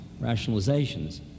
rationalizations